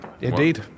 Indeed